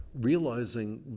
Realizing